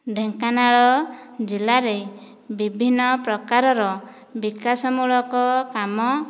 ଢେଙ୍କାନାଳ ଜିଲ୍ଲାରେ ବିଭିନ୍ନ ପ୍ରକାରର ବିକାଶ ମୂଳକ କାମ